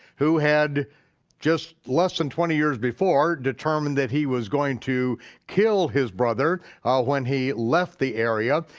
who had just less than twenty years before determined that he was going to kill his brother ah when he left the area,